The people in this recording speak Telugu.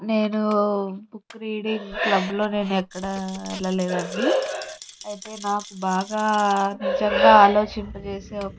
నేను బుక్ రీడింగ్ క్లబ్లో నేను ఎక్కడా వెళ్ళలేదండి అయితే నాకు బాగా నిజంగా అలోచింప చేసే పుస్తకం